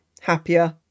happier